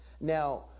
Now